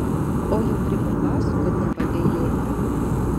o jau pribumbasų kad nepagailėta